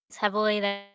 heavily